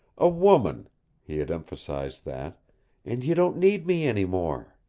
a woman he had emphasized that and you don't need me any more.